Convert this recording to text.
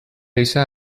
gisa